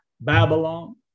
Babylon